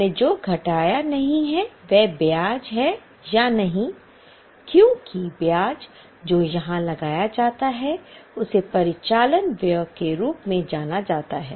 हमने जो घटाया नहीं है वह ब्याज है या नहीं क्योंकि ब्याज जो यहां लगाया जाता है उसे परिचालन व्यय के रूप में जाना जाता है